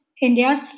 India's